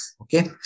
Okay